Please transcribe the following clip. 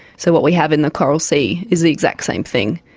so what we have in the coral sea is the exact same thing.